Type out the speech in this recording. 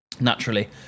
Naturally